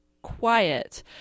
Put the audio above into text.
quiet